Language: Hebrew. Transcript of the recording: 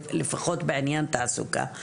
לפחות בעניין תעסוקה?